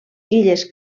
illes